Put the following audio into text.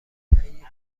تهیه